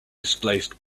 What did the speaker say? displaced